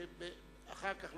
אחר כך,